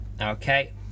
Okay